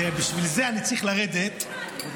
תראה, בשביל זה אני צריך לרדת לברר.